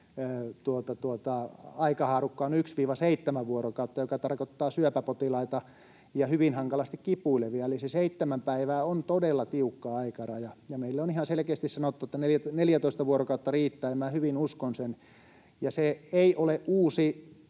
aikahaarukka yksi—seitsemän vuorokautta, joka tarkoittaa syöpäpotilaita ja hyvin hankalasti kipuilevia. Eli se seitsemän päivää on todella tiukka aikaraja. Meille on ihan selkeästi sanottu, että 14 vuorokautta riittää, ja minä hyvin uskon sen. Se ei ole